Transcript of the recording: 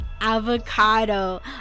avocado